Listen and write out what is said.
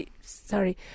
Sorry